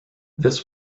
this